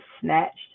snatched